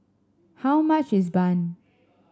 how much is bun